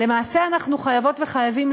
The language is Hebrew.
למעשה אנחנו חייבות וחייבים,